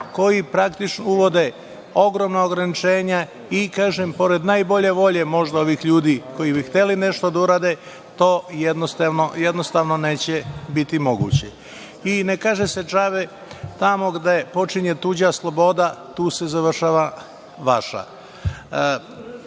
koji praktično uvode ogromna ograničenja. Kažem, pored najbolje volje ovih ljudi koji bi hteli nešto da urade, to jednostavno neće biti moguće. Ne kaže se džabe – tamo gde počinje tuđa sloboda, tu se završava